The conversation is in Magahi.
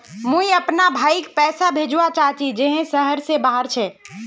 मुई अपना भाईक पैसा भेजवा चहची जहें शहर से बहार छे